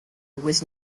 was